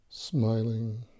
Smiling